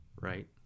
right